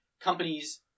companies